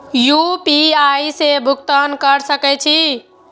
UPI से भुगतान क सके छी?